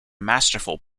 masterful